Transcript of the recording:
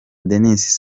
denis